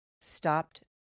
stopped